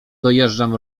dojeżdżam